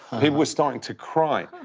they were starting to cry.